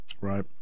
Right